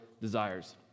desires